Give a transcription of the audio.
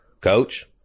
Coach